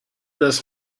this